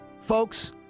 Folks